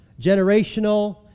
Generational